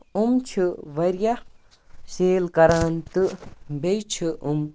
یِم چھِ واریاہ سیل کران تہٕ بیٚیہِ چھِ یِم